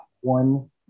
one